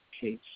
case